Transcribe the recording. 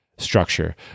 structure